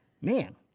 man